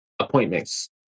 appointments